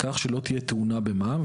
כך שלא תהיה טעונה במע"מ.